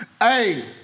Hey